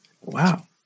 Wow